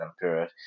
period